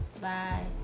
Bye